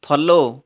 follow